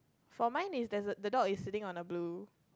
for mine is there's a the dog is sitting on a blue